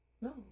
No